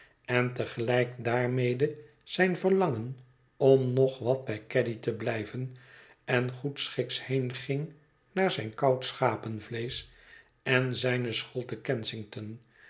en te gelijk daarmede zijn verlangen om nog wat bij caddy te blijven en goedschiks heenging naar zijn koud schapenvleesch en zijne school te k